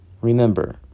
Remember